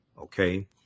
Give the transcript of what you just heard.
Okay